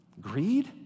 Greed